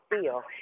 feel